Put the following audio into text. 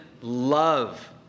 love